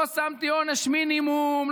לא שמתי עונש מינימום,